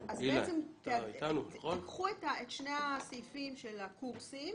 קחו את שני הסעיפים של הקורסים